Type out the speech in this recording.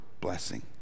blessing